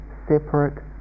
separate